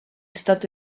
stopped